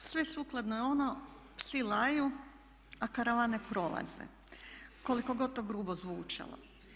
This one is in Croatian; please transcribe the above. Sve sukladno je ono psi laju a karavane prolaze, koliko god to grubo zvučalo.